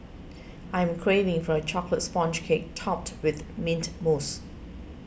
I am craving for a Chocolate Sponge Cake Topped with Mint Mousse